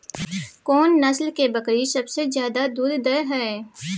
कोन नस्ल के बकरी सबसे ज्यादा दूध दय हय?